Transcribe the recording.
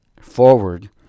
forward